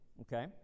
okay